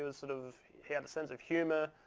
ah sort of he had a sense of humor.